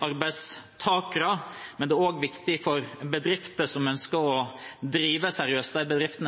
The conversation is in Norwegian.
arbeidstakere, men det er også viktig for de bedriftene